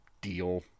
deal